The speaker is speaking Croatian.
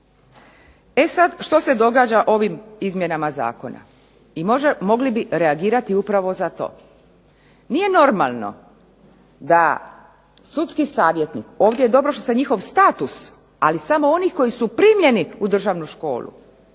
E sad, što se događa ovim izmjenama zakona? I mogli bi reagirati upravo za to. Nije normalno da sudski savjetnik, ovdje je dobro što se njihov status, ali samo onih koji su primljeni u Državnu školu,